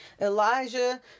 Elijah